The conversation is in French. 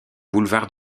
boulevard